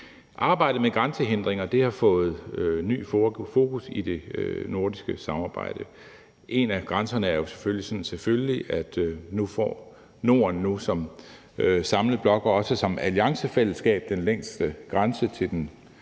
Arbejdet med grænsehindringer har fået et nyt fokus i det nordiske samarbejde. En af grænserne er jo selvfølgelig, at Norden nu som samlet blok og også som alliancefællesskab får den længste grænse til den